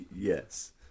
Yes